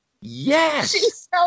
Yes